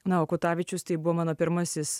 na o kutavičius tai buvo mano pirmasis